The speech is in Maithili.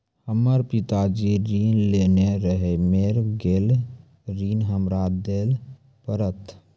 हमर पिताजी ऋण लेने रहे मेर गेल ऋण हमरा देल पड़त?